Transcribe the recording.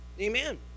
Amen